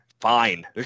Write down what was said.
fine